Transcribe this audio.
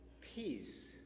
peace